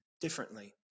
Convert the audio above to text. differently